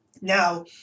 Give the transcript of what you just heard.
Now